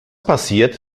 passiert